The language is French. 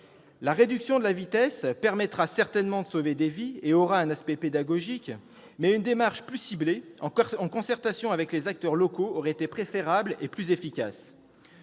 La réduction de la vitesse permettra certainement de sauver des vies et aura un aspect pédagogique, mais une démarche plus ciblée en concertation avec les acteurs locaux aurait été préférable et plus efficace.